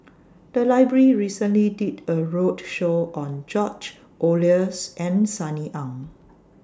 The Library recently did A roadshow on George Oehlers and Sunny Ang